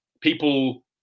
people